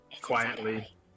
quietly